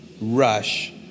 rush